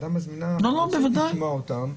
הוועדה מזמינה כדי לשמוע אותם,